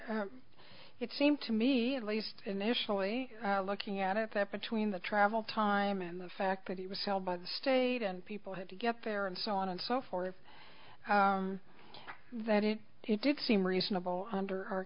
hard it seemed to me at least initially looking at it that between the travel time and the fact that it was held by the state and people had to get there and so on and so forth that it did seem reasonable under our